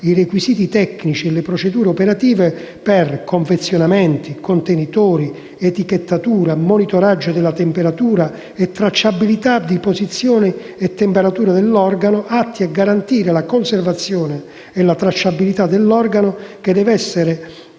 i requisiti tecnici e le procedure operative per confezionamento, contenitori, etichettatura, monitoraggio della temperatura e tracciabilità di posizione e temperatura dell'organo, atti a garantire la conservazione e la tracciabilità dell'organo (che deve essere